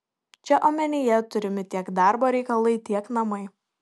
čia omenyje turimi tiek darbo reikalai tiek namai